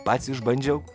pats išbandžiau